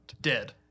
Dead